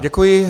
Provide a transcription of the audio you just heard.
Děkuji.